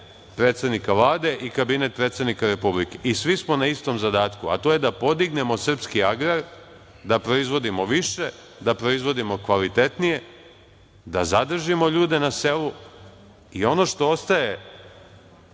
predsednika Vlade i kabinet predsednika Republike i svi smo na istom zadatku, a to je da podignemo srpski agrar, da proizvodimo više, da proizvodimo kvalitetnije, da zadržimo ljude na selu i ono što ostaje